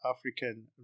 African